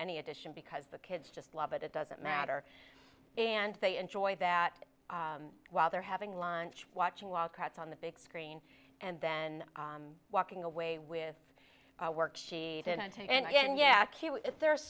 any addition because the kids just love it it doesn't matter and they enjoy that while they're having lunch watching wildcats on the big screen and then walking away with a worksheet and again yeah q if there